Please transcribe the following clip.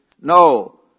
No